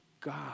God